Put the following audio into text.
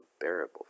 unbearable